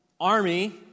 army